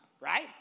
right